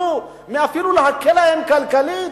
אפילו להקל עליהם כלכלית,